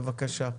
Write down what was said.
בבקשה.